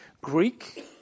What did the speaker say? Greek